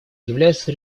является